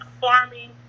farming